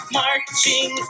marching